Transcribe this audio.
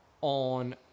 on